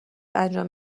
انجام